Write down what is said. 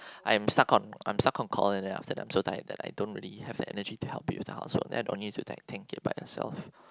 I'm stuck on I'm stuck on calling then after that I'm so tired that I don't really have the energy to help you with the housework then i don't want you to tank it by yourself